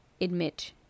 admit